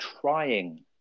trying